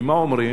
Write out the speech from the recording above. כי מה אומרים,